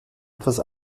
etwas